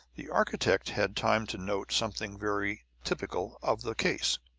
the architect had time to note something very typical of the case.